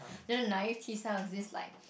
then naive T cells is this like